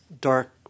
dark